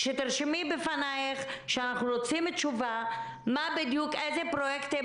תרשמי בפנייך שאנחנו רוצים תשובה איזה פרויקטים